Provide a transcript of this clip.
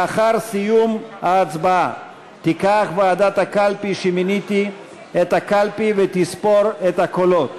לאחר סיום ההצבעה תיקח ועדת הקלפי שמיניתי ותספור את הקולות.